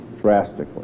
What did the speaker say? drastically